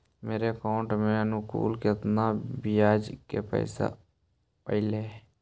मेरे अकाउंट में अनुकुल केतना बियाज के पैसा अलैयहे?